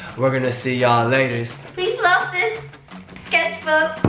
we're gonna see y'all later! please love this sketchbook!